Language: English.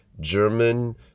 German